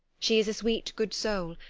she is a sweet, good soul,